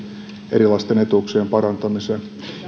erilaisten etuuksien parantamiseen